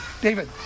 David